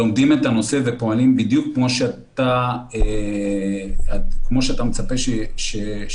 לומדים את הנושא ופועלים בדיוק כמו שאתה מצפה שיפעלו.